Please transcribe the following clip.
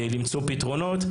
למצוא פתרונות,